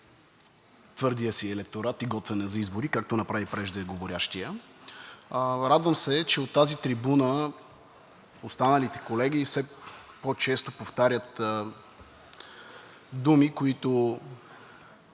твърдия си електорат и готвене за избори, както направи преждеговорившият. Радвам се, че от тази трибуна останалите колеги все по-често повтарят думи, които